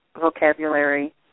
vocabulary